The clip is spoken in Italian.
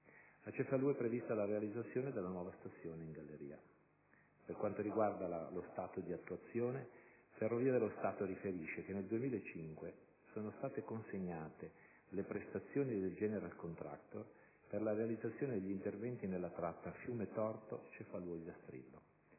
A Cefalù è prevista la realizzazione della nuova stazione in galleria. Per quanto riguarda lo stato di attuazione, Ferrovie dello Stato riferisce che nel 2005 sono state consegnate le prestazioni al *General Contractor* per la realizzazione degli interventi nella tratta Fiumetorto-Cefalù Ogliastrillo.